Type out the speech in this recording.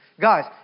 guys